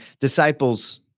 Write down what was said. disciples